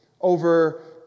over